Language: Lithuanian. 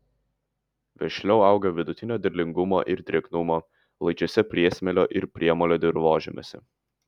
vešliau auga vidutinio derlingumo ir drėgnumo laidžiuose priesmėlio ir priemolio dirvožemiuose